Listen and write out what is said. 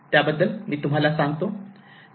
त्याबद्दल मी तुम्हाला सांगतो